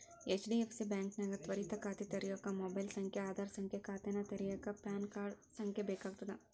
HDFC ಬಾಂಕ್ನ್ಯಾಗ ತ್ವರಿತ ಖಾತೆ ತೆರ್ಯೋಕ ಮೊಬೈಲ್ ಸಂಖ್ಯೆ ಆಧಾರ್ ಸಂಖ್ಯೆ ಖಾತೆನ ತೆರೆಯಕ ಪ್ಯಾನ್ ಸಂಖ್ಯೆ ಬೇಕಾಗ್ತದ